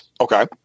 Okay